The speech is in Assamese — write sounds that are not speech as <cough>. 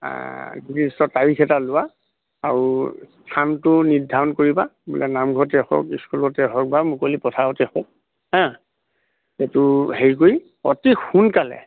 <unintelligible> তাৰিখ এটা লোৱা আৰু স্থানটো নিৰ্ধাৰণ কৰিবা বোলে নামঘৰতে হওক স্কুলতেই হওক বা মুকলি পথাৰতে হওক হা এইটো হেৰি কৰি অতি সোনকালে